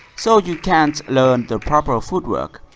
so you can't learn the proper footwork,